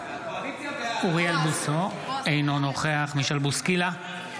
אינו נוכח מישל בוסקילה,